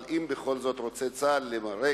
אבל אם בכל זאת רוצה צה"ל למרק